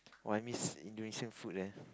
!wah! I miss Indonesian food leh